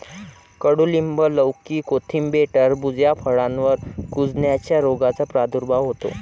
कडूलिंब, लौकी, कोथिंबीर, टरबूज या फळांवर कुजण्याच्या रोगाचा प्रादुर्भाव होतो